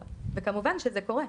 וכמובן שזה קורה.